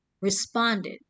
responded